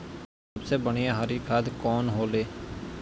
सबसे बढ़िया हरी खाद कवन होले?